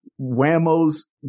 Whammo's